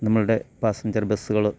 നമ്മളുടെ പാസഞ്ചർ ബെസ്സ്കൾ